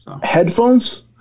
Headphones